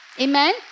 Amen